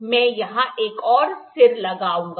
मैं यहां एक और सिर लगाऊंगा